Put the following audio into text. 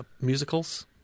musicals